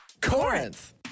Corinth